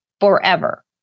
forever